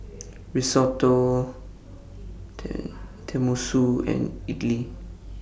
Risotto Tenmusu and Idili